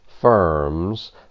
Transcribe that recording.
firms